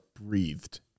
breathed